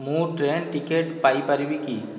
ମୁଁ train ticket ପାଇପାରିବି କି